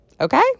Okay